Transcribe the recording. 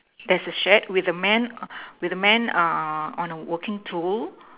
there's a shed with a man with a man uh on a working tool